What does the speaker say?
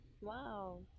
Wow